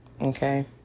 okay